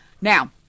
Now